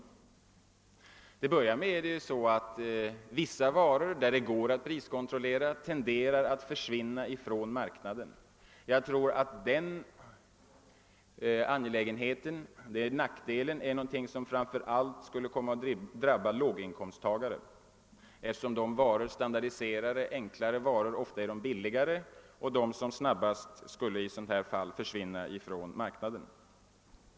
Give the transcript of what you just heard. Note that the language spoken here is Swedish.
Till att börja med blir det så att vissa varor som det går att priskontrollera tenderar att försvinna från marknaden. Det är en nackdel som jag tror framför allt kommer att drabba låginkomsttagarna, som ofta tvingas efterfråga enkla, standardiserade och billiga varor. De varorna skulle först försvinna från marknaden.